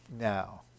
now